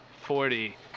forty